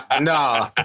no